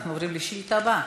אנחנו עוברים לשאילתה הבאה,